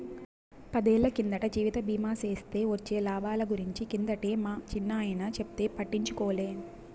పదేళ్ళ కిందట జీవిత బీమా సేస్తే వొచ్చే లాబాల గురించి కిందటే మా చిన్నాయన చెప్తే పట్టించుకోలే